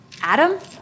Adam